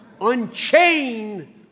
Unchain